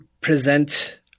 present